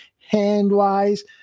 hand-wise